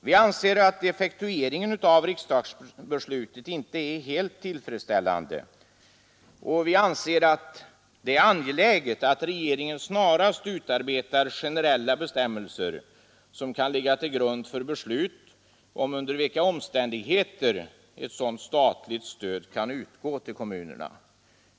Vi anser att effektueringen av riksdagsbeslutet inte är helt tillfredsställande, och vi finner det därför angeläget att regeringen snarast utarbetar generella bestämmelser, som kan ligga till grund för beslut om under vilka omständigheter sådant statligt stöd kan utgå till kommunerna.